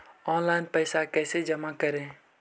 Online पैसा कैसे जमा करे?